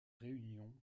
réunion